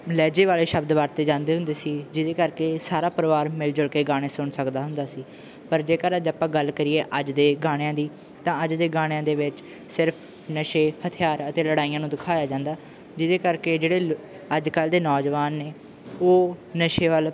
ਲਹਿਜੇ ਵਾਲੇ ਸ਼ਬਦ ਵਰਤੇ ਜਾਂਦੇ ਹੁੰਦੇ ਸੀ ਜਿਹਦੇ ਕਰਕੇ ਸਾਰਾ ਪਰਿਵਾਰ ਮਿਲ ਜੁਲ ਕੇ ਗਾਣੇ ਸੁਣ ਸਕਦਾ ਹੁੰਦਾ ਸੀ ਪਰ ਜੇਕਰ ਅੱਜ ਆਪਾਂ ਗੱਲ ਕਰੀਏ ਅੱਜ ਦੇ ਗਾਣਿਆਂ ਦੀ ਤਾਂ ਅੱਜ ਦੇ ਗਾਣਿਆਂ ਦੇ ਵਿੱਚ ਸਿਰਫ ਨਸ਼ੇ ਹਥਿਆਰ ਅਤੇ ਲੜਾਈਆਂ ਨੂੰ ਦਿਖਾਇਆ ਜਾਂਦਾ ਜਿਹਦੇ ਕਰਕੇ ਜਿਹੜੇ ਲ ਅੱਜ ਕੱਲ ਦੇ ਨੌਜਵਾਨ ਨੇ ਉਹ ਨਸ਼ੇ ਵੱਲ